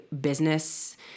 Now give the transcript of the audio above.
business